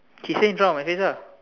she say drop on my face lah